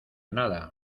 nada